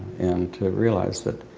and to realize that